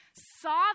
saw